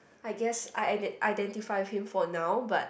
I guess I I identify him for now but